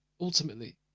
ultimately